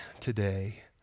today